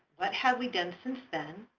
what have we done since then?